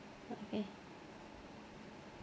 okay